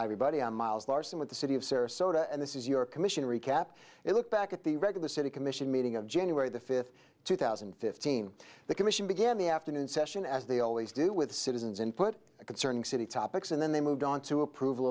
i'm miles larson with the city of sarasota and this is your commission recap a look back at the regular city commission meeting of january the fifth two thousand and fifteen the commission began the afternoon session as they always do with citizens input concerning city topics and then they moved on to approval